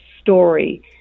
story